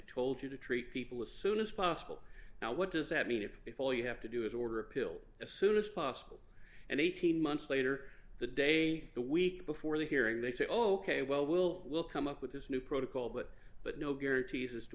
told you to treat people as soon as possible now what does that mean if if all you have to do is order a pill as soon as possible and eighteen months later the day the week before the hearing they say oh ok well we'll we'll come up with this new protocol but but no guarantees as to